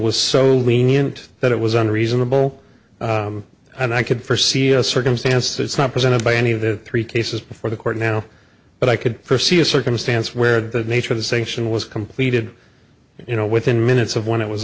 was so lenient that it was on reasonable i could forsee a circumstance that's not presented by any of the three cases before the court now but i could forsee a circumstance where the nature of the sanction was completed you know within minutes of when it was